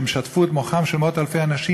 שהם שטפו את מוחם של מאות אלפי אנשים,